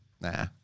nah